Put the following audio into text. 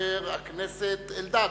חבר הכנסת אלדד.